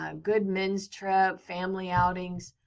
um good men's trip, family outings.